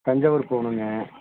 தஞ்சாவூர் போகணுங்க